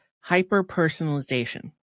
hyper-personalization